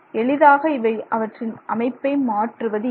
எளிதாக இவை அவற்றின் அமைப்பை மாற்றுவதில்லை